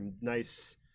nice –